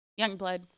Youngblood